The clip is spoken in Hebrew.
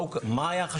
מה היה החשד הסביר?